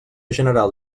general